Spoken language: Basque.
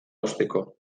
uzteko